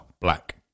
black